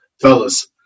Fellas